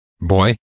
Boy